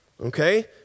okay